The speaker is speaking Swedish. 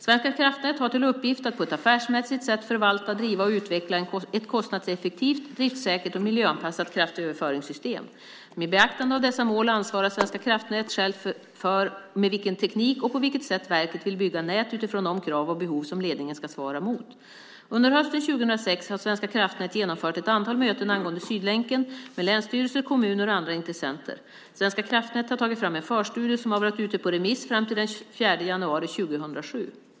Svenska kraftnät har till uppgift att på ett affärsmässigt sätt förvalta, driva och utveckla ett kostnadseffektivt, driftsäkert och miljöanpassat kraftöverföringssystem. Med beaktande av dessa mål ansvarar Svenska kraftnät självt för med vilken teknik och på vilket sätt verket vill bygga nät utifrån de krav och behov som ledningen ska svara mot. Under hösten 2006 har Svenska kraftnät genomfört ett antal möten angående Sydlänken med länsstyrelser, kommuner och andra intressenter. Svenska kraftnät har tagit fram en förstudie som har varit ute på remiss fram till den 4 januari 2007.